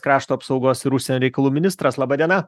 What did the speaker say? krašto apsaugos ir užsienio reikalų ministras laba diena